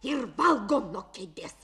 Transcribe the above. ir valgo nuo kėdės